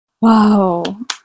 Wow